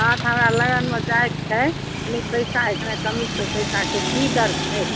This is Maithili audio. हँ तऽ हामरा लगमे चाहै छै कनि पैसाके एखने कमी छै पैसाके कि दर छै